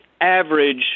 average